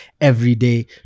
everyday